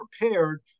prepared